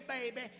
baby